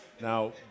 Now